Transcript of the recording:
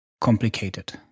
complicated